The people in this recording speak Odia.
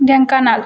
ଢେଙ୍କାନାଳ